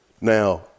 now